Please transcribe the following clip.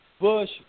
Bush